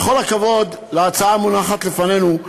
בכל הכבוד להצעה המונחת לפנינו,